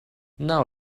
now